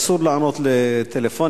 אסור לענות לטלפונים,